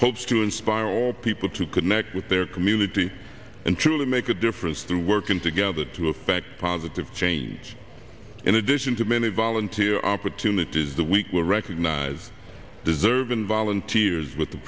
hopes to inspire all people to connect with their community and truly make a difference through working together to effect positive change in addition to many volunteer opportunities the weak will recognize deserving volunteers with the